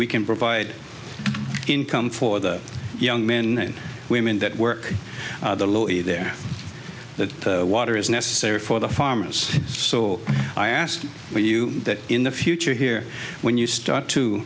we can provide income for the young men and women that work the lowly there that water is necessary for the farmers so i ask you that in the future here when you start